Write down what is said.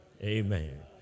amen